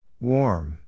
Warm